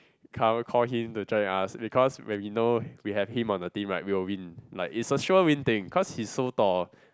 come call him to join us because when we know we have him on the team right we will win like it's a sure win thing cause he's so tall